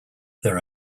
there